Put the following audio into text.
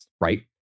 right